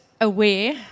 aware